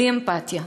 בלי אמפתיה.